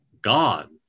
God